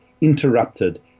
interrupted